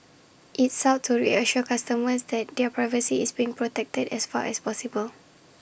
IT sought to reassure customers that their privacy is being protected as far as possible